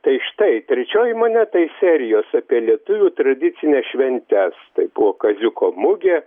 tai štai trečioji moneta iš serijos apie lietuvių tradicines šventes tai buvo kaziuko mugė